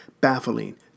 baffling